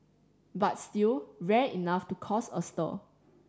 but still rare enough to cause a stir